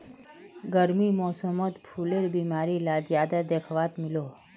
गर्मीर मौसमोत फुलेर बीमारी ला ज्यादा दखवात मिलोह